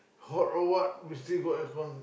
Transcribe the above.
hot or what we still got air con